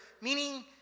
meaning